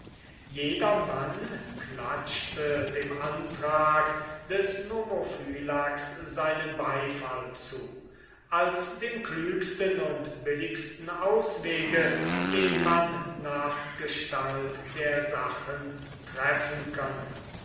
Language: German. jedermann klatschte dem antrag des nomophylax seinen beifall zu als dem klügsten und billigsten auswege den man nach gestalt der sachen treffen könne